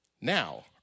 now